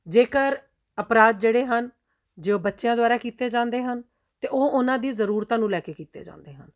ਜੇਕਰ ਅਪਰਾਧ ਜਿਹੜੇ ਹਨ ਜੋ ਬੱਚਿਆਂ ਦੁਆਰਾ ਕੀਤੇ ਜਾਂਦੇ ਹਨ ਅਤੇ ਉਹ ਉਹਨਾਂ ਦੀ ਜ਼ਰੂਰਤ ਨੂੰ ਲੈ ਕੇ ਕੀਤੇ ਜਾਂਦੇ ਹਨ